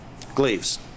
Gleaves